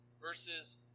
verses